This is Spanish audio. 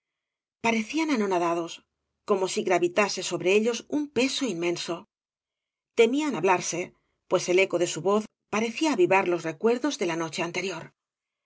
parecían anonadados como si gravitase sobre ellos un peso inmenso temían hablarse pues el eco de eu voz parecí avivar los recuerdos de la noche anterior